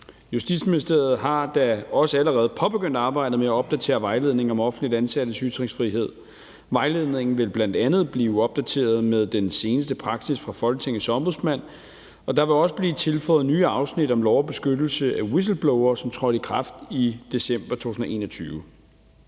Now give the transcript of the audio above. Justitsministeriet har da også allerede påbegyndt arbejdet med at opdatere vejledningen om offentligt ansattes ytringsfrihed. Vejledningen vil bl.a. blive opdateret med den seneste praksis fra Folketingets Ombudsmand, og der vil også blive tilføjet nye afsnit om lov om beskyttelse af whistleblowere, som trådte i kraft i december 2021.